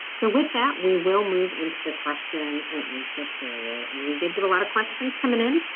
so with that we will move into the question and answer period. and we did get a lot of questions coming in.